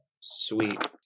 Sweet